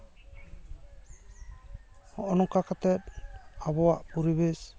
ᱦᱚᱸᱜᱼᱚ ᱱᱚᱝᱠᱟ ᱠᱟᱛᱮᱫ ᱟᱵᱚᱣᱟᱜ ᱯᱚᱨᱤᱵᱮᱥ